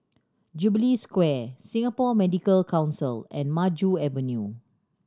Jubilee Square Singapore Medical Council and Maju Avenue